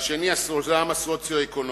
והשני, הסולם הסוציו-אקונומי.